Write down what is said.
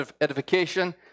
edification